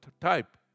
type